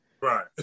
Right